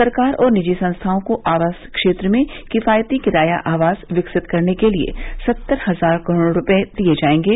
सरकार और निजी संस्थाओं को आवास क्षेत्र में किफायती किराया आवास विकसित करने को लिए सत्तर हजार करोड़ रुपए दिए जाएंगे